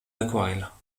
aquarelles